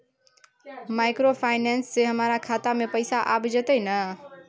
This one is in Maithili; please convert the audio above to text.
माइक्रोफाइनेंस से हमारा खाता में पैसा आबय जेतै न?